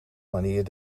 manier